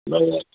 न